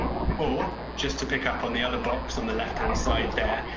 or just to pick up on the other box on the left hand side there.